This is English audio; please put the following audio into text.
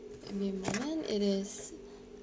amendment it is